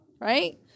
right